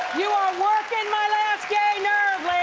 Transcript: you are working my last gay nerve,